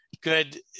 good